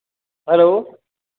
hello